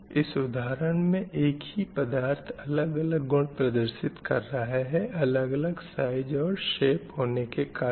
इस उदाहरण में एक ही पदार्थ अलग अलग गुण प्रदर्शित कर रहा है अलग अलग साइज़ और शेप होने के कारण